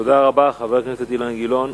תודה רבה, חבר הכנסת אילן גילאון.